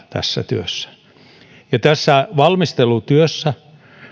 tässä työssä tässä valmistelutyössä